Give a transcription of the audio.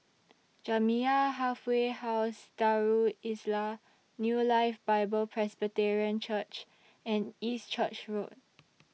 Jamiyah Halfway House Darul Islah New Life Bible Presbyterian Church and East Church Road